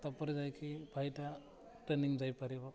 ତାପରେ ଯାଇକି ଭାଇଟା ଟ୍ରେନିଂ ଯାଇପାରିବ